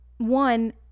one